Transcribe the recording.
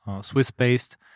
Swiss-based